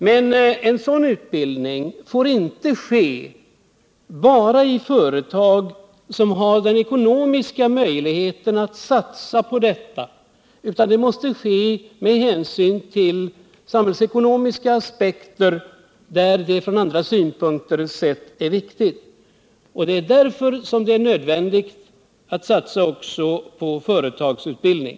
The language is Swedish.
Men en sådan utbildning får inte ske bara i företag som har den ekonomiska möjligheten att satsa på detta, utan den måste ske där den bedöms angelägen med hänsyn till samhällsekonomiska aspekter. Det är därför som det är nödvändigt att satsa också på företagsutbildning.